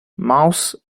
mouse